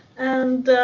and